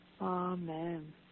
Amen